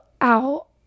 out